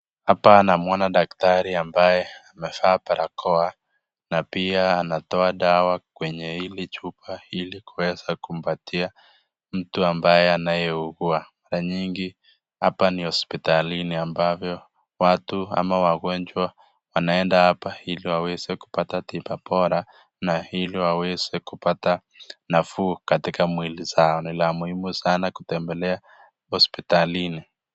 Hapa namwona Daktari ambaye amevaa barakoa na pia anatoa dawa kwenye ili chupa ili kuweza kumpatia mtu ambaye anayeugua na nyingi hapa ni hospitali ambavyo watu ama wagojwa wanaenda hapa hili waweze kupata tiba bora na ili waweze kupata nafuu katika mwili zao ni la muhimu sana kutembelea katika hospitalini